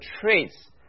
traits